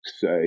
say